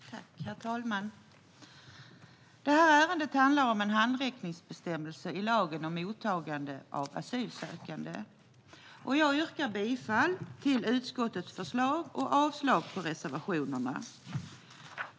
Herr talman! Det här ärendet handlar om en handräckningsbestämmelse i lagen om mottagande av asylsökande. Jag yrkar bifall till utskottets förslag och avslag på reservationerna.